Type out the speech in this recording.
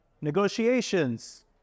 Negotiations